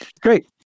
great